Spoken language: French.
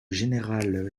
général